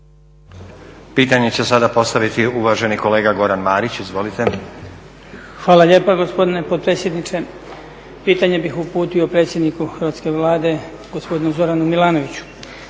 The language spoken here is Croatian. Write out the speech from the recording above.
Pitanje će sada postaviti uvaženi kolega Goran Marić. Izvolite. **Marić, Goran (HDZ)** Hvala lijepa gospodine potpredsjedniče. Pitanje bih uputio predsjedniku hrvatske Vlade, gospodinu Zoranu Milanoviću.